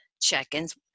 check-ins